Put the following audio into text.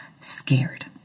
scared